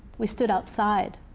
we stood outside.